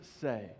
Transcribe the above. say